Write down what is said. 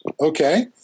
Okay